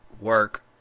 work